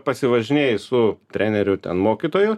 pasivažinėji su treneriu ten mokytoju